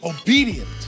obedient